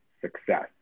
success